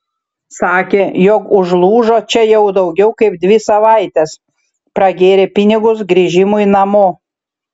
sakė jog užlūžo čia jau daugiau kaip dvi savaites pragėrė pinigus grįžimui namo